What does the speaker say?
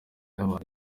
y’abantu